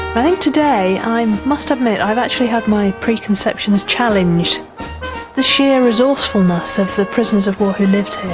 i think today i um must admit i've actually had my preconceptions challenged the sheer resourcefulness of the prisoners of war who lived here,